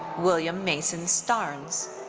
william mason starnes.